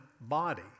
body